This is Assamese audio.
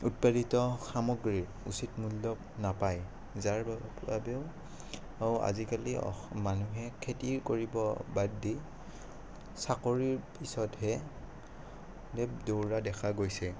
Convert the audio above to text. উৎপাদিত সামগ্ৰীৰ উচিত মূল্য নাপায় যাৰ বাবেও আজিকালি অ মানুহে খেতি কৰিব বাদ দি চাকৰিৰ পিছতহে দৌৰা দেখা গৈছে